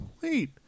Wait